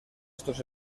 estos